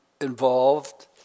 involved